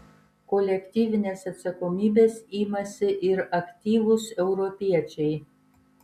kolektyvinės atsakomybės imasi ir aktyvūs europiečiai